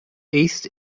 east